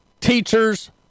teachers